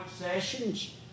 sessions